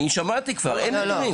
אני שמעתי כבר, אין נתונים.